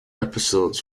episodes